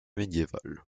médiéval